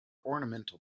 ornamental